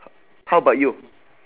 how about you